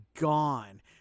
gone